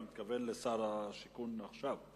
אתה מתכוון לשר השיכון עכשיו.